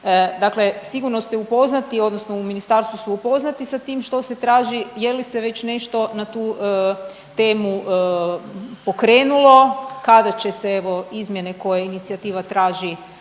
Dakle sigurno ste upoznati odnosno u ministarstvu su upoznati sa tim što se traži, je li se već nešto na tu temu pokrenulo, kada će se evo izmjene koje inicijativa traži